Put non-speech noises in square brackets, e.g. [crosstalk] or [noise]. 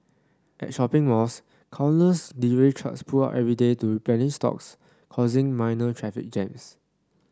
at shopping malls countless delivery trucks pull up every day to [unintelligible] stocks causing minor traffic jams